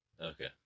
Okay